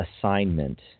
assignment